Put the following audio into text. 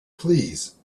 please